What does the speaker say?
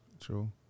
True